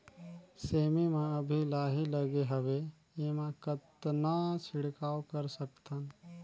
सेमी म अभी लाही लगे हवे एमा कतना छिड़काव कर सकथन?